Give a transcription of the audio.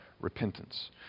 repentance